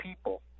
people